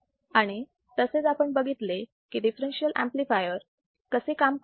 आणि तसेच आपण बघितले की दिफ्फेरेन्शियल ऍम्प्लिफायर कसे काम करतो